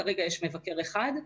כרגע יש מבקר אחד כזה.